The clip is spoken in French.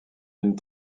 une